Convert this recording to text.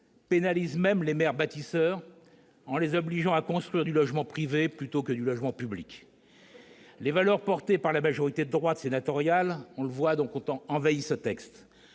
pénalisent même les maires bâtisseurs, en les obligeant à construire du logement privé plutôt que du logement public. Les valeurs portées par la majorité sénatoriale de droite ont envahi ce texte,